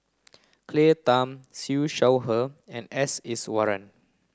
Claire Tham Siew Shaw Her and S Iswaran